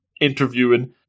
interviewing